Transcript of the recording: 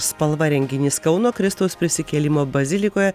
spalva renginys kauno kristaus prisikėlimo bazilikoje